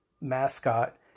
mascot